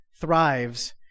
thrives